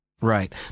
Right